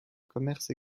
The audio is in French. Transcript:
commerce